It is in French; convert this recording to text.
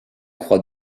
croix